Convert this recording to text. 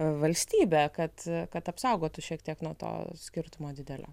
valstybė kad kad apsaugotų šiek tiek nuo to skirtumo didelio